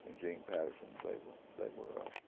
gene patterson, they were they were